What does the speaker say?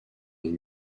les